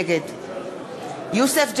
נגד יוסף ג'בארין,